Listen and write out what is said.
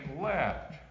left